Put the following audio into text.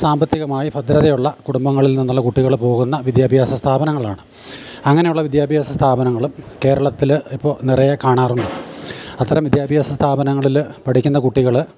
സാമ്പത്തികമായി ഭദ്രത ഉള്ള കുടുംബങ്ങളിൽ നിന്നുള്ള കുട്ടികൾ പോകുന്ന വിദ്യാഭ്യാസ സ്ഥാപനങ്ങളാണ് അങ്ങനെ ഉള്ള വിദ്യാഭ്യാസ സ്ഥാപനങ്ങളും കേരളത്തിൽ ഇപ്പോൾ നിറയെ കാണാറുണ്ട് അത്തരം വിദ്യാഭ്യാസ സ്ഥാപനങ്ങളിൽ പഠിക്കുന്ന കുട്ടികൾ